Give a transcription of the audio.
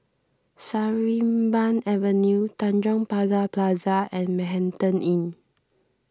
Sarimbun Avenue Tanjong Pagar Plaza and Manhattan Inn